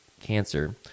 cancer